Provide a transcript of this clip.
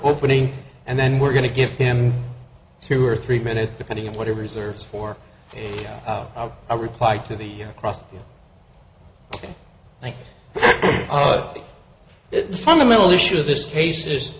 opening and then we're going to give him two or three minutes depending on what he reserves for a reply to the cross but the fundamental issue of this case is